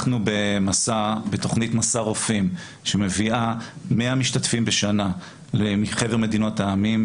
אנחנו בתכנית 'מסע רופאים' שמביאה 100 משתתפים בשנה מחבר מדינות העמים,